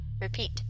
Repeat